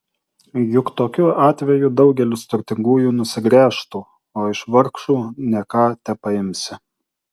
juk tokiu atveju daugelis turtingųjų nusigręžtų o iš vargšų ne ką tepaimsi